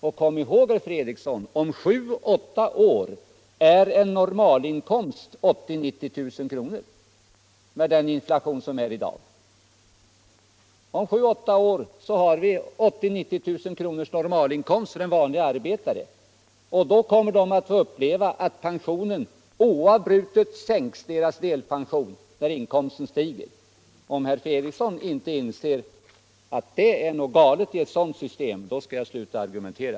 Och kom ihåg herr Fredriksson att om sju åtta år kommer normalinkomsten för en vanlig arbetare att vara 80 000-90 000 kr., till följd av den inflation som vi har i dag. Då kommer människor att få uppleva att deras delpension oavbrutet sänks när inkomsten stiger. Om herr Fredriksson inte inser att det är något galet i ett sådant system, skall jag sluta argumentera.